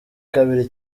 kabiri